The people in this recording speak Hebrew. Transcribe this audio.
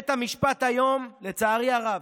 בית המשפט היום, לצערי הרב,